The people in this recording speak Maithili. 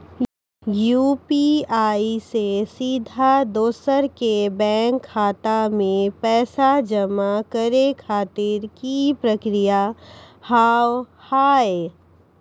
यु.पी.आई से सीधा दोसर के बैंक खाता मे पैसा जमा करे खातिर की प्रक्रिया हाव हाय?